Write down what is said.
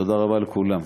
תודה רבה לכולם.